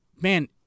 man